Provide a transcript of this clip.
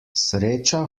sreča